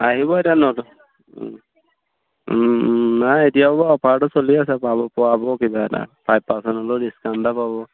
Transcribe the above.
আহিব এতিয়া নতুন নাই এতিয়াও অফাৰটো চলি আছে পাব পোৱাব কিবা এটা ফাইভ পাৰ্চেণ্ট হ'লেও ডিছকাউণ্ট এটা পাব